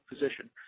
position